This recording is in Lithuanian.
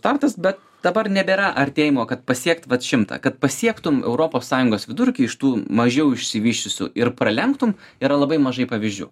startas bet dabar nebėra artėjimo kad pasiekt vat šimtą kad pasiektum europos sąjungos vidurkį iš tų mažiau išsivysčiusių ir pralenktum yra labai mažai pavyzdžių